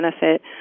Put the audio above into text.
benefit